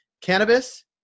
cannabis